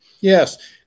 Yes